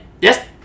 yes